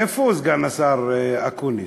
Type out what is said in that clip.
איפה סגן השר אקוניס?